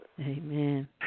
Amen